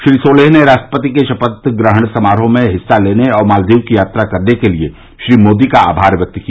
श्री सोलेह ने राष्ट्रपति के शपथ ग्रहण समारोह में हिस्सा लेने और मालदीव की यात्रा करने के लिए श्री मोदी का आमार व्यक्त किया